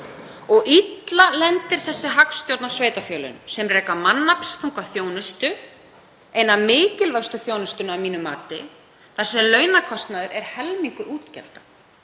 Og illa lendir þessi hagstjórn á sveitarfélögum sem reka mannaflsþunga þjónustu, eina mikilvægustu þjónustuna að mínu mati, þar sem launakostnaður er helmingur útgjalda.